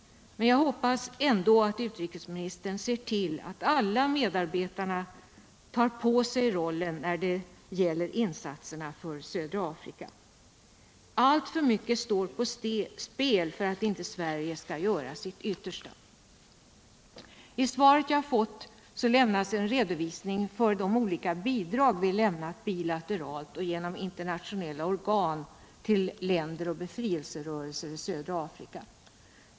Men jag hoppas ändå att utrikesminstern ser till att alla medarbetarna tar på sig rollen när det gäller insatser för södra Afrika. Alltför mycket står på spel för att inte Sverige skall göra sitt yttersta. I svaret jag har fått lämnas en redovisning för de olika bidrag vi lämnat bilateralt genom internationella organ till länder och befrielserörelser i södra Afrika.